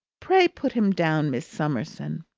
pray put him down, miss summerson!